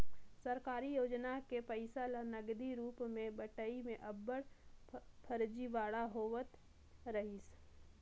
सरकारी योजना के पइसा ल नगदी रूप में बंटई में अब्बड़ फरजीवाड़ा होवत रहिस